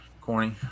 corny